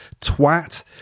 Twat